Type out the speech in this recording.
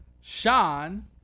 Sean